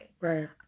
Right